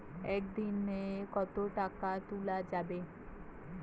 একদিন এ কতো টাকা তুলা যাবে?